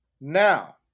Now